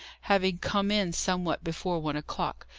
having come in somewhat before one o'clock,